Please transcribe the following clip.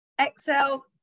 exhale